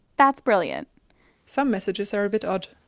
that's brilliant some messages are a bit odd!